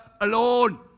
alone